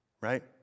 right